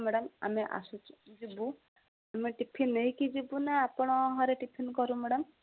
madam ଆମେ ଆସୁଛୁ ଯିବୁ ଆମେ ଟିଫିନ ନେଇକି ଯିବୁ ନା ଆପଣ ଘରେ ଟିଫିନ କରୁ ମ୍ୟାଡ଼ାମ